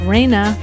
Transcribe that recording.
Reina